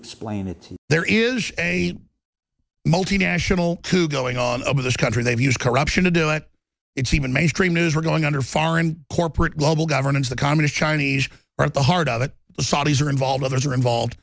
explain that there is a multi national to going on of this country they've used corruption to do it it's even mainstream news we're going under foreign corporate global governance the communist chinese are at the heart of it the saudis are involved others are involved